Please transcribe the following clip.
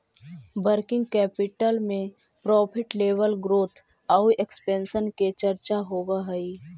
working capital में profit level growth आउ expansion के चर्चा होवऽ हई